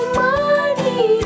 money